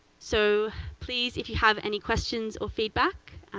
so please, if you have any questions or feedback,